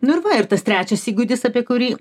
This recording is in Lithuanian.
nu ir va ir tas trečias įgūdis apie kurį